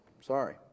sorry